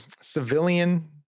civilian